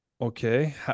okay